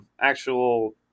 actual